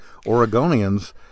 Oregonians